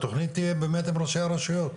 התכנית באמת תהיה עם ראשי הרשויות.